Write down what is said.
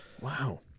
Wow